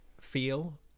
feel